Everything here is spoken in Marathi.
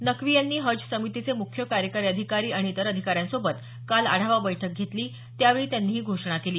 नक्की यांनी हज समितीचे मुख्य कार्यकारी अधिकारी आणि इतर अधिकाऱ्यांसोबत काल आढावा बैठक घेतली त्यावेळी त्यांनी ही घोषणा केली